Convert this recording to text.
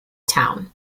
town